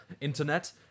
Internet